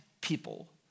people